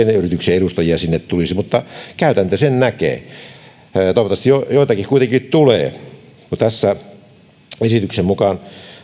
edustajia sinne tulisi mutta käytäntö sen näyttää toivottavasti joitakin kuitenkin tulee tämän esityksen mukaan